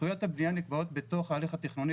זכויות הבנייה נקבעות בתוך ההליך התכנוני,